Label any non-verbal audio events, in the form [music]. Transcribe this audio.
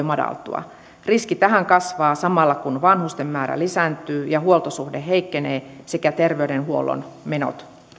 [unintelligible] madaltua riski tähän kasvaa samalla kun vanhusten määrä lisääntyy ja huoltosuhde heikkenee sekä terveydenhuollon menot